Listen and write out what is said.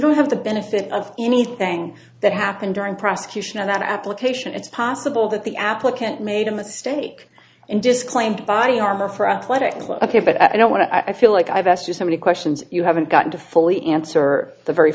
don't have the benefit of anything that happened during prosecution of that application it's possible that the applicant made a mistake and disclaimed body armor for a politically ok but i don't want to i feel like i've asked you so many questions you haven't gotten to fully answer the very